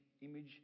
image